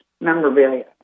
memorabilia